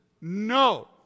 No